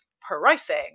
pricing